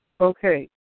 Okay